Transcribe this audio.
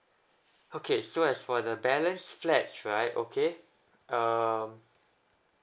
okay so as for the balance flats right okay um